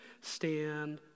Stand